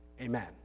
Amen